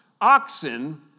Oxen